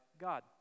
God